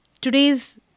today's